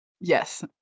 Yes